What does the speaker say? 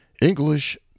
English